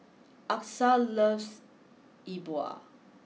Achsah loves E Bua